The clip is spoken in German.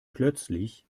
plötzlich